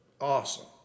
awesome